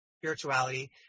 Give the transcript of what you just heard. Spirituality